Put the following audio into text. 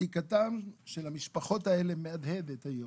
שתיקתן של המשפחות האלה מהדהדת היום,